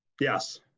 Yes